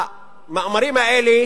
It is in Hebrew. המאמרים האלה